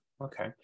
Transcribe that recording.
okay